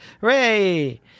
Hooray